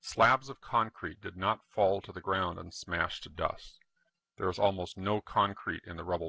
slabs of concrete did not fall to the ground and smashed to dust there is almost no concrete in the rubble